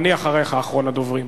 אני אחריך, אחרון הדוברים.